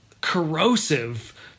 corrosive